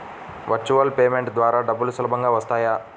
Virtual payment ద్వారా డబ్బులు సులభంగా వస్తాయా?